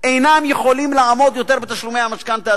אינם יכולים לעמוד יותר בתשלומי המשכנתה,